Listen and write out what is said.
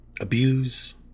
abuse